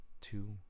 two